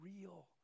real